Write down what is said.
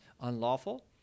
unlawful